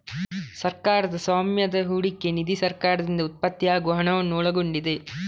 ಸರ್ಕಾರದ ಸ್ವಾಮ್ಯದ ಹೂಡಿಕೆ ನಿಧಿ ಸರ್ಕಾರದಿಂದ ಉತ್ಪತ್ತಿಯಾಗುವ ಹಣವನ್ನು ಒಳಗೊಂಡಿದೆ